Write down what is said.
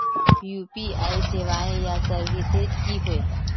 UPI सेवाएँ या services की होय?